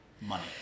money